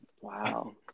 Wow